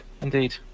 indeed